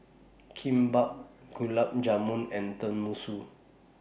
Kimbap Gulab Jamun and Tenmusu